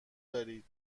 دارید